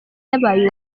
yabaye